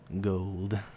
gold